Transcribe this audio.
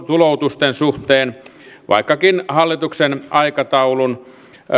tuloutusten suhteen vaikkakin hallituksen aikataulun